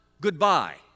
goodbye